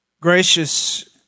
Gracious